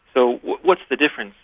so, what's the difference.